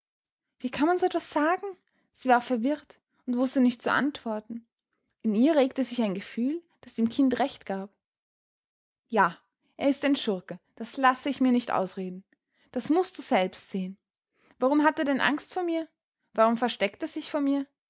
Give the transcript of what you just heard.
wie kann man so etwas sagen sie war verwirrt und wußte nicht zu antworten in ihr regte sich ein gefühl das dem kind recht gab ja er ist ein schurke das lasse ich mir nicht ausreden das mußt du selbst sehen warum hat er denn angst vor mir warum versteckt er sich vor mir